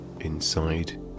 inside